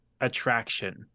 attraction